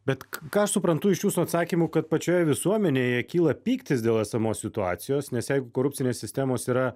bet ką suprantu iš jūsų atsakymų kad pačioje visuomenėje kyla pyktis dėl esamos situacijos nes jeigu korupcinės sistemos yra